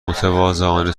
متواضعانه